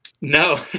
No